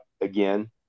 again